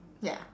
ya